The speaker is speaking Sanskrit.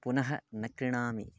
पुनः न क्रिणामि